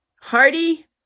Hardy